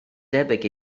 debyg